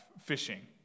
fishing